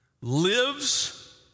lives